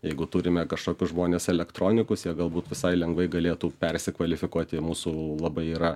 jeigu turime kažkokius žmones elektronikus jie galbūt visai lengvai galėtų persikvalifikuoti į mūsų labai yra